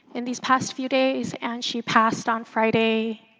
in these past few days and she passed on friday.